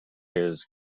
his